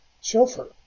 chauffeur